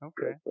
okay